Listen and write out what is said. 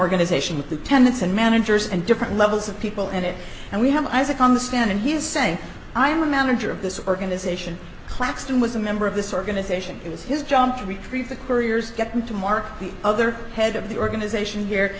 organization with the tenants and managers and different levels of people in it and we have isaac on the stand and he's saying i'm a manager of this organization claxton was a member of this organization it was his job to retrieve the couriers get him to mark the other head of the organization here